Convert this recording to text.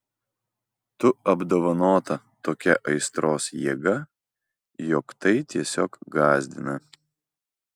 tu apdovanota tokia aistros jėga jog tai tiesiog gąsdina